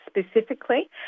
specifically